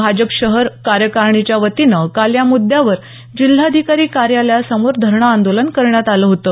भाजप शहर कार्यकारणीच्या वतीनं काल या मुद्दावर जिल्हाधिकारी कार्यालया समोर धरणं आंदोलन करण्यात आलं होतं